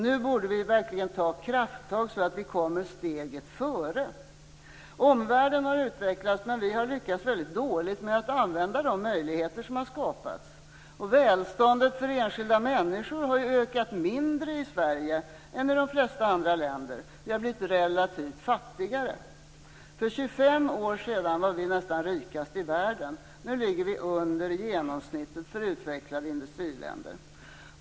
Nu borde vi verkligen ta krafttag så att vi kommer steget före. Omvärlden har utvecklats, men vi har lyckats väldigt dåligt med att använda de möjligheter som har skapats. Välståndet för enskilda människor har ju ökat mindre i Sverige än i de flesta andra länder. Vi har blivit relativt sett fattigare. För 25 år sedan var vi nästan rikast i världen. Nu ligger vi under genomsnittet för utvecklade industriländer.